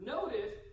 Notice